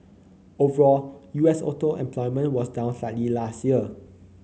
overall U S auto employment was down slightly last year